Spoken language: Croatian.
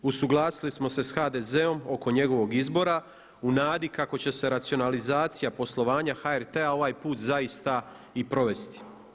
Usuglasili smo se HDZ-om oko njegovog izbora u nadi kako će se racionalizacija poslovanja HRT-a ovaj put zaista i provesti.